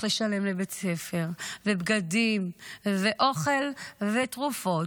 לשלם על בית ספר ובגדים ואוכל ותרופות,